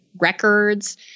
records